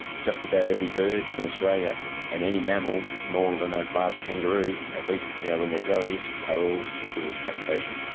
just about every bird in australia and any mammal smaller than a large kangaroo, at least you know when they are joeys, are all susceptible to cat predation.